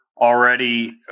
already